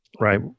Right